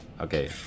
okay